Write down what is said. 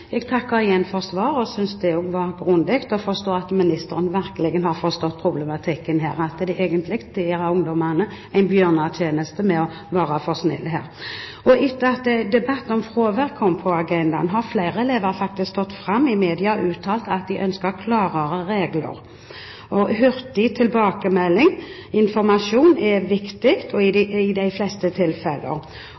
Jeg takker igjen for svaret, som jeg synes også var grundig. Jeg forstår at ministeren virkelig har forstått problematikken her, at man egentlig gjør ungdommene en bjørnetjeneste ved å være for snille her. Etter at debatten om fravær kom på agendaen, har flere elever faktisk stått fram i media og uttalt at de ønsker klarere regler. Hurtig tilbakemelding og informasjon er viktig i de